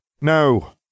No